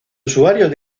usuarios